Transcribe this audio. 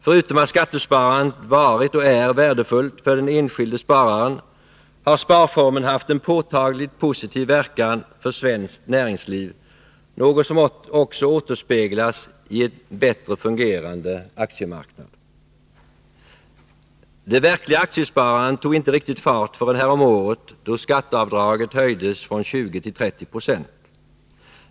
Förutom att skattesparandet varit och är värdefullt för den enskilde spararen, har sparformen haft en påtagligt positiv verkan på svenskt näringsliv, något som också återspeglas i en bättre fungerande aktiemarknad. Det verkliga aktiesparandet tog inte riktig fart förrän häromåret, då skatteavdraget höjdes från 20 96 till 30 26.